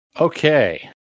Okay